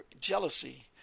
jealousy